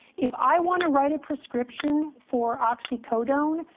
if i want to write a prescription for oxycodone,